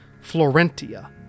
Florentia